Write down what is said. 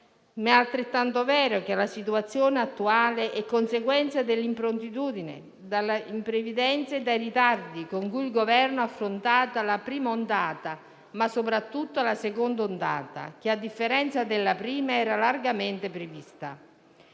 ma è altrettanto vero che quella attuale è conseguenza dell'improntitudine, dell'imprevidenza e dei ritardi con cui il Governo ha affrontato la prima ondata, ma soprattutto la seconda, che, a differenza della prima, era largamente prevista.